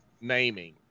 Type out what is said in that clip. naming